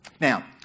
Now